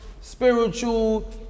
spiritual